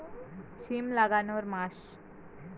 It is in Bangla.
সিম লাগানোর মাস?